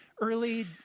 early